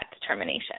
determination